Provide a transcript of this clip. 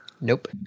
Nope